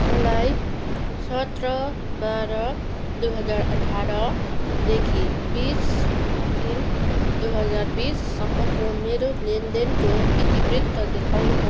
मलाई सत्र बाह्र दुई हजार अठारदेखि बिस तिन दुई हजार बिससम्मको मेरो लेनदेनको इतिवृत्त देखाउनुहोस्